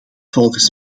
volgens